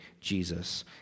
Jesus